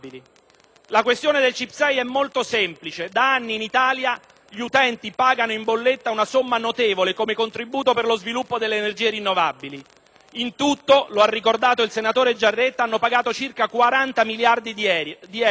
La questione del CIP6 è molto semplice: da anni in Italia gli utenti pagano in bolletta una somma notevole come contributo per lo sviluppo delle energie rinnovabili. In tutto - l'ha ricordato il senatore Giaretta - hanno pagato circa 40 miliardi di euro,